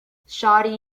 shawty